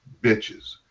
bitches